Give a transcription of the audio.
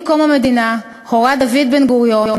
עם קום המדינה הורה דוד בן-גוריון,